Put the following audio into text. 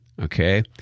Okay